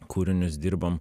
kūrinius dirbom